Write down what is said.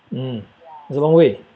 mm the long way